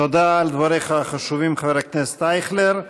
תודה על דבריך החשובים, חבר הכנסת אייכלר.